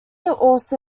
also